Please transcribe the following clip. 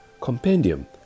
compendium